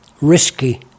risky